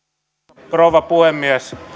arvoisa rouva puhemies